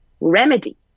remedy